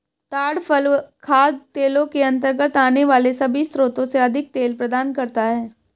ताड़ फल खाद्य तेलों के अंतर्गत आने वाले सभी स्रोतों से अधिक तेल प्रदान करता है